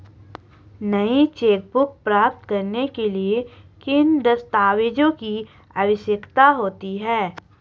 नई चेकबुक प्राप्त करने के लिए किन दस्तावेज़ों की आवश्यकता होती है?